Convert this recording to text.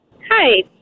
Hi